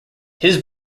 his